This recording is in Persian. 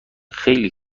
خیلی